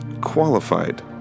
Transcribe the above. qualified